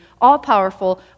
all-powerful